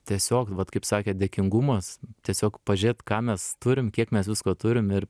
tiesiog vat kaip sakė dėkingumas tiesiog pažiūrėt ką mes turim kiek mes visko turim ir